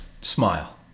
smile